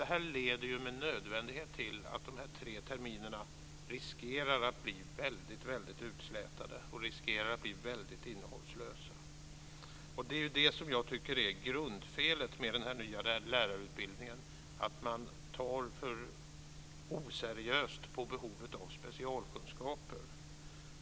Det leder med nödvändighet till att dessa tre terminer riskerar att bli väldigt utslätade och innehållslösa. Det är det jag tycker är grundfelet med den nya lärarutbildningen. Man tar för oseriöst på behovet av specialkunskaper.